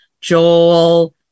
Joel